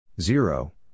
zero